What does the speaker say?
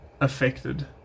affected